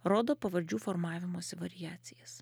rodo pavardžių formavimosi variacijas